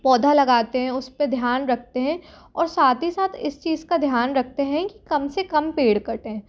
पौधा लगाते हैं उस पर ध्यान रखते हैं और साथ ही साथ इस चीज़ का ध्यान रखते हैं कि कम से कम पेड़ कटें